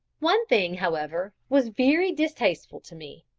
one thing, however, was very distasteful to me,